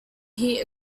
heat